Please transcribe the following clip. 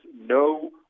no